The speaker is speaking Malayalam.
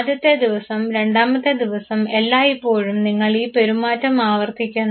ആദ്യത്തെ ദിവസം രണ്ടാമത്തെ ദിവസം എല്ലായിപ്പോഴും നിങ്ങൾ ഈ പെരുമാറ്റം ആവർത്തിക്കുന്നു